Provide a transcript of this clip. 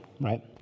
right